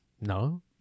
No